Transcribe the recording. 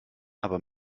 aber